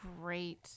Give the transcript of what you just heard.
great